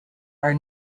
are